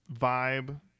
vibe